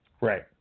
Right